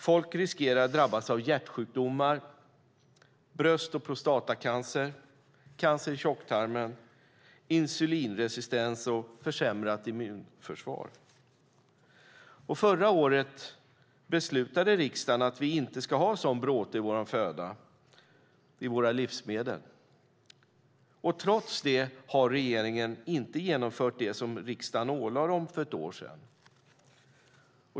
Folk riskerar att drabbas av hjärtsjukdomar, bröst och prostatacancer, cancer i tjocktarmen, insulinresistens och försämrat immunförsvar. Förra året beslutade riksdagen att vi inte ska ha sådan bråte i vår föda, i våra livsmedel. Trots det har regeringen inte genomfört det som riksdagen ålade den för ett år sedan.